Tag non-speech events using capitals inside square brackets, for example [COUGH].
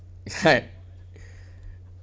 right [BREATH]